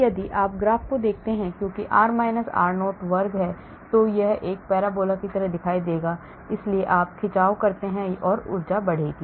इसलिए यदि आप ग्राफ को देखते हैं क्योंकि यह r r0 वर्ग है तो यह एक parabola की तरह दिखाई देगा इसलिए आप खिंचाव करते हैं ऊर्जा बढ़ेगी